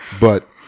But-